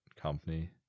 company